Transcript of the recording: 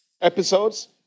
episodes